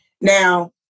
Now